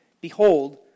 behold